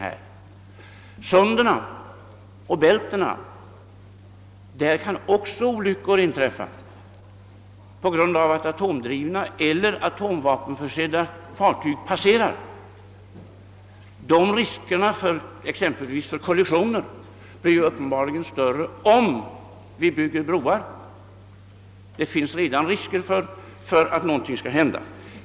Också i Sundet och Bälten kan olyckor inträffa på grund av att atomdrivna eller atomvapenförsedda fartyg passerar. Risker exempelvis för kollisioner blir uppenbarligen större om vi bygger broar; det finns för övrigt redan risk för att någonting skall hända.